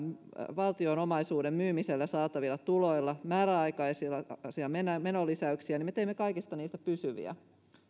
valtion omaisuuden myymisestä saatavilla tuloilla määräaikaisia menolisäyksiä niin me teimme kaikista niistä pysyviä